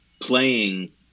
playing